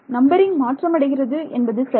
numbering மாற்றமடைகிறது என்பது சரி